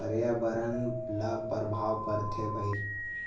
परयाबरन ल परभाव परथे भईर